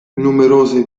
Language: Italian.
numerose